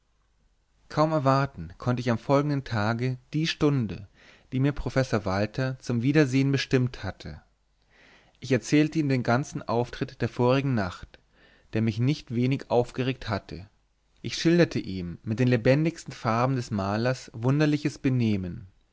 kaum erwarten konnte ich am folgenden tage die stunde die mir professor walther zum wiedersehen bestimmt hatte ich erzählte ihm den ganzen auftritt der vorigen nacht der mich nicht wenig aufgeregt hatte ich schilderte mit den lebendigsten farben des malers wunderliches benehmen